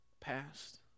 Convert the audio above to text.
Past